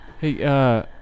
Hey